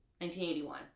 1981